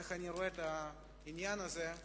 איך אני רואה את העניין הזה,